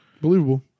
Believable